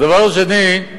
הדבר השני הוא